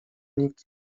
nikt